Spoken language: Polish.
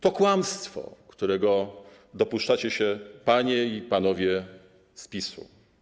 To kłamstwo, którego dopuszczacie się, panie i panowie z PiS-u.